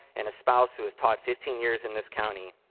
and a spouse who has taught fifteen years in this county.